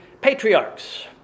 patriarchs